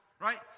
right